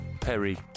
Perry